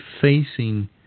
facing